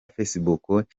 facebook